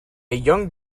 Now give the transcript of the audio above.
young